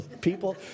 people